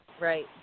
right